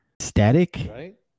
Static